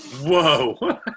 Whoa